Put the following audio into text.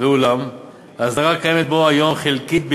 ואולם האסדרה הקיימת בו היום חלקית בלבד.